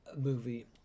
movie